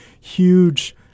huge